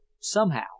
somehow